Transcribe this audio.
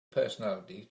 personality